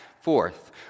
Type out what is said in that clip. forth